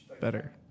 better